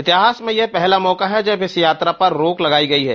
इतिहास में यह पहला मौका है जब इस यात्रा पर रोक लगाई गई है